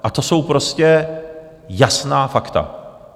A to jsou prostě jasná fakta.